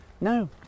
no